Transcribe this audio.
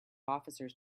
officers